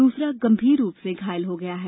दूसरा गंभीर रुप से घायल हो गया है